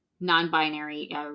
non-binary